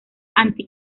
anti